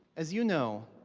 as you know,